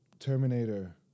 terminator